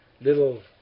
little